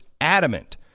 adamant